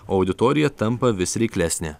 o auditorija tampa vis reiklesnė